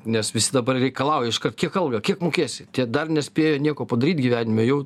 nes visi dabar reikalauja iškart kiek algą kiek mokėsi tie dar nespėjo nieko padaryt gyvenime jau